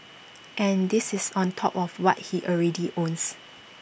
and this is on top of what he already owns